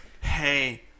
Hey